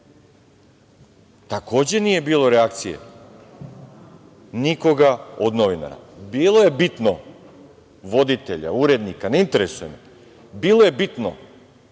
Takođe, nije bilo reakcije nikoga od novinara, voditelja, urednika, ne interesuje me. Bilo je bitno